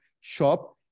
shop